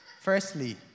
Firstly